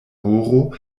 horo